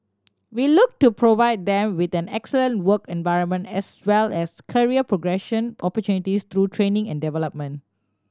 we look to provide them with an excellent work environment as well as career progression opportunities through training and development